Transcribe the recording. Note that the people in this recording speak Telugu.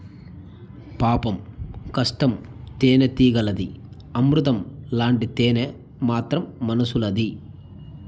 పాపం కష్టం తేనెటీగలది, అమృతం లాంటి తేనె మాత్రం మనుసులది